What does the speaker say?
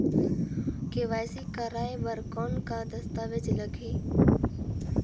KYC कराय बर कौन का दस्तावेज लगही?